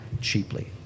cheaply